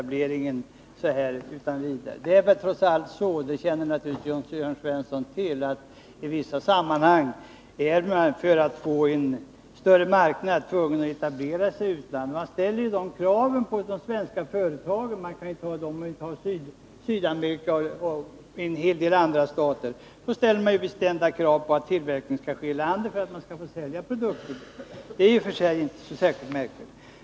Men det är trots allt så, och det känner naturligtvis också Jörn Svensson till, att i vissa sammanhang ställer en rad stater, t. ex i Sydamerika, bestämda krav på att tillverkningen skall ske i landet för att företagen skall få sälja sina produkter där. Det är i och för sig inte så särskilt märkvärdigt.